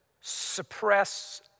suppress